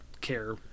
care